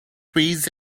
trees